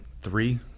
three